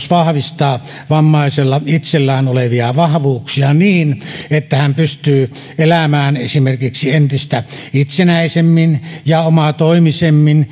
vahvistaa vammaisella itsellään olevia vahvuuksia niin että hän pystyy elämään esimerkiksi entistä itsenäisemmin ja omatoimisemmin